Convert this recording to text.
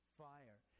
fire